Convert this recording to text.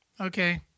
Okay